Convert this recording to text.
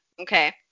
Okay